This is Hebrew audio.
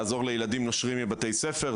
לעזור לילדים נושרים מבתי ספר.